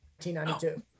1992